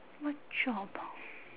what job ah